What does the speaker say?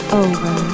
over